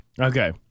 Okay